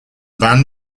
band